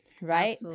Right